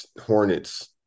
Hornets